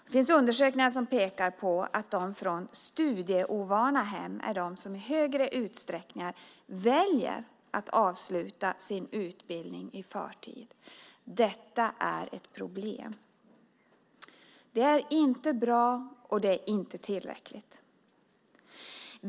Det finns undersökningar som pekar på att de från studieovana hem är de som i högre utsträckning väljer att avsluta sin utbildning i förtid. Detta är ett problem. Det är inte bra, och det är inte tillräckligt.